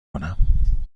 کنم